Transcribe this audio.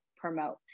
promote